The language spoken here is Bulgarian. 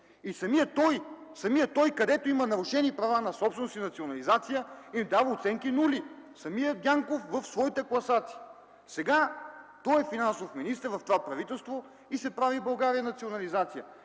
Самият той, където има нарушени права на собственост и национализация, е дал оценки „нули”. Самият Дянков в своята класация! Сега той е финансовият министър в това правителство и в България се прави национализация?!